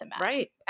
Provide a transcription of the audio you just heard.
Right